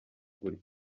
gutya